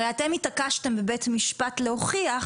הרי אתם התעקשתם להוכיח